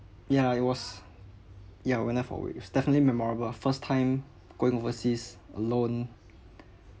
yeah it was ya I went there for a week it's definitely memorable first time going overseas alone